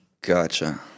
Gotcha